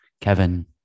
Kevin